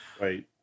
Right